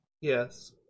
Yes